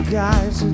guys